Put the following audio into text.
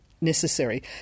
necessary